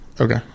Okay